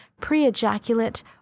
pre-ejaculate